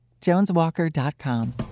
JonesWalker.com